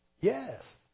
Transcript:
Yes